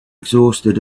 exhausted